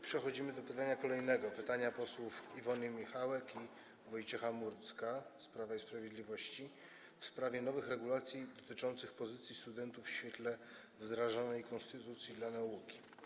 Przechodzimy do pytania kolejnego, pytania posłów Iwony Michałek i Wojciecha Murdzka z Prawa i Sprawiedliwości w sprawie nowych regulacji dotyczących pozycji studentów w świetle wdrażanej konstytucji dla nauki.